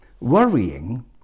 worrying